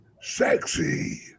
sexy